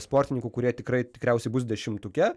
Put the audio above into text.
sportininkų kurie tikrai tikriausiai bus dešimtuke